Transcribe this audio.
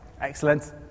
Excellent